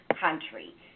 country